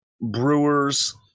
Brewers